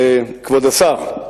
כבוד השר.